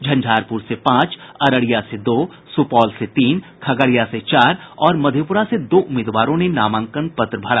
झंझारपुर से पांच अररिया से दो सुपौल से तीन खगड़िया से चार और मध्रपेरा से दो उम्मीदवारों ने नामांकन पत्र भरा